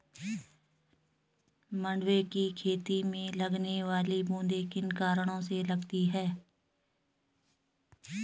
मंडुवे की खेती में लगने वाली बूंदी किन कारणों से लगती है?